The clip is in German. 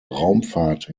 raumfahrt